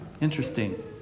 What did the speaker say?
interesting